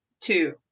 two